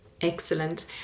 Excellent